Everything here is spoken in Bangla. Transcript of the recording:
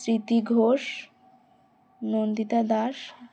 স্মৃতি ঘোষ নন্দিতা দাস